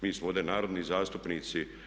Mi smo ovdje narodni zastupnici.